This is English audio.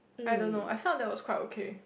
I don't know I felt that was quite okay